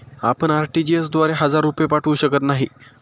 आपण आर.टी.जी.एस द्वारे हजार रुपये पाठवू शकत नाही